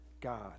God